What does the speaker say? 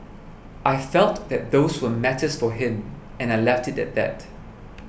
I felt that those were matters for him and I left it at that